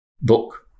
book